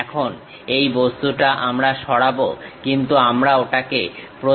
এখন এই বস্তুটা আমরা সরাবো কিন্তু আমরা ওটাকে প্রজেকশন তলে দেখতে চাইবো